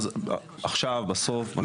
עכשיו בסוף?